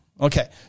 Okay